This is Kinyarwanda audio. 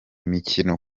mikino